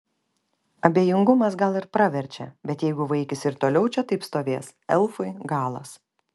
abejingumas gal ir praverčia bet jeigu vaikis ir toliau čia taip stovės elfui galas